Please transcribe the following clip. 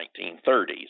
1930s